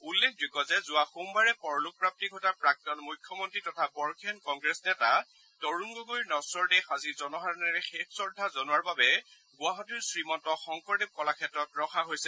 উল্লেখযোগ্য যে যোৱা সোমবাৰে পৰলোকপ্ৰাপ্তি ঘটা প্ৰাক্তন মুখ্যমন্ত্ৰী তথা বৰ্ষীয়ান কংগ্ৰেছ নেতা তৰুণ গগৈৰ নগ্নৰ দেহ আজি জনসাধাৰণে শেষ শ্ৰদ্ধা জনোৱাৰ বাবে গুৱাহাটীৰ শ্ৰীমন্ত শংকৰদেৱ কলাক্ষেত্ৰত ৰখা হৈছে